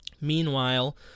Meanwhile